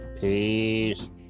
peace